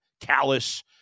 callous